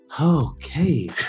okay